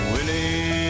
Willie